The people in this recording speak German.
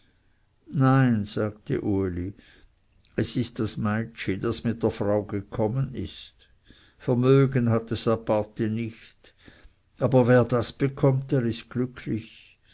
nein sagte uli es ist das meitschi das mit der frau gekommen ist vermögen hat es aparti nicht aber wer das bekommt der ist glücklich